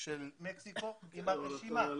של מקסיקו עם הרשימה.